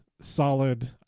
solid